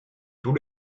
tous